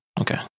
Okay